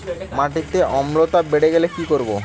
মাটিতে অম্লত্ব বেড়েগেলে কি করব?